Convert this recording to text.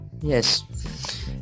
Yes